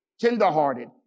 tenderhearted